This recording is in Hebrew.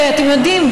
אתם יודעים,